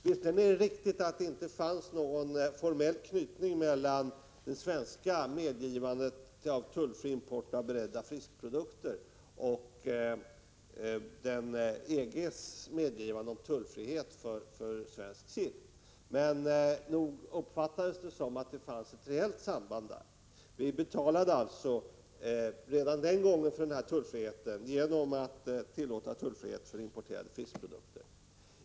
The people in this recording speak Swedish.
Visserligen är det riktigt att det inte fanns någon formell knytning mellan det svenska medgivandet om tullfri import av beredda fiskeprodukter och EG:s medgivande om tullfrihet för svensk sill. Nog uppfattades det som att det fanns ett reellt samband. Vi betalade alltså redan den gången för tullfriheten genom att tillåta tullfrihet för importerade fiskeprodukter.